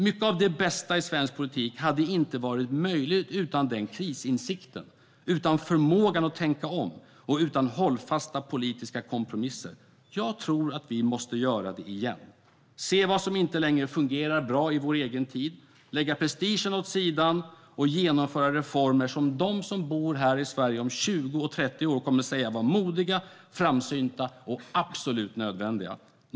Mycket av det bästa i svensk politik hade inte varit möjligt utan den krisinsikten, utan förmågan att tänka om och utan hållfasta politiska kompromisser. Jag tror att vi måste göra det igen. Vi måste se vad som inte längre fungerar bra i vår egen tid, lägga prestigen åt sidan och genomföra reformer som de som bor i Sverige om 20 och 30 år kommer att säga var modiga, framsynta och absolut nödvändiga.